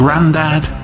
Grandad